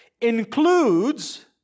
includes